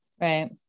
right